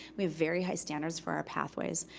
we have very high standards for our pathways,